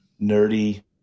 nerdy